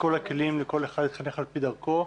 כל הכלים לכל אחד להתחנך על פי דרכו.